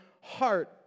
heart